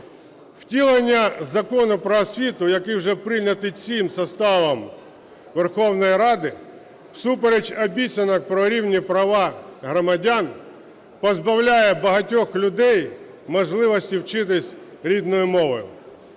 Втілення Закону "Про освіту", який вже прийнятий цим составом Верховної Ради, всупереч обіцянок про рівні права громадян позбавляє багатьох людей можливості вчитися рідною мовою.